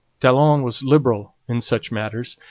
talon was liberal in such matters.